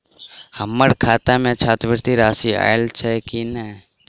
हम्मर खाता मे छात्रवृति राशि आइल छैय की नै?